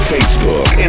Facebook